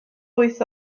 wyth